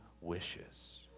wishes